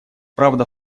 правда